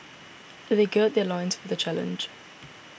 they gird their loins for the challenge